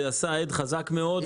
זה עשה הד חזק מאוד.